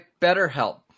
BetterHelp